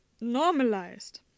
normalized